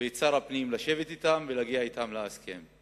ואת שר הפנים לשבת אתם ולהגיע אתם להסכם.